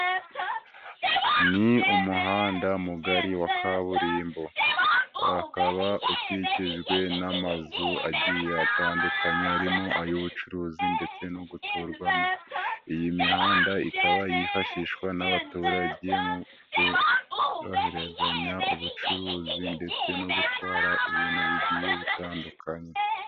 Ni umuhanda mugari wa kaburimbo. Ukaba ukikijwe n'amazu agiye atandukanye arimo ay'ubucuruzi ndetse no guturwamo. Iyi mihanda ikaba yifashishwa n'abaturage mu kurohezanya ubucuruzi ndetse no gutwara ibintu bigiye bitandukanye.